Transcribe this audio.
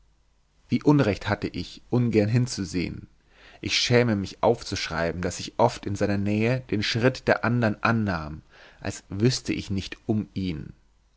wie unrecht hatte ich ungern hinzusehen ich schäme mich aufzuschreiben daß ich oft in seiner nähe den schritt der andern annahm als wüßte ich nicht um ihn